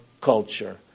culture